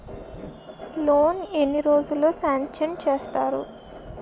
Loan ఎన్ని రోజుల్లో sanction చేస్తారు?